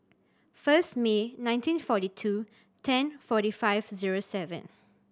first May nineteen forty two ten forty five zero seven